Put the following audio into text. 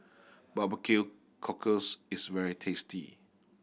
barbecue cockles is very tasty